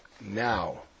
now